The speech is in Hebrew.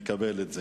נקבל את זה.